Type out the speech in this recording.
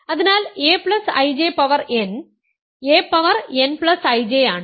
അതിനാൽ aIJ power n a power nIJ ആണ്